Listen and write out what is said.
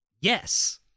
yes